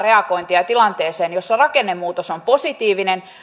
nopeaa reagointia tilanteeseen jossa rakennemuutos on positiivinen